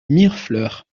mirefleurs